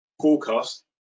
forecast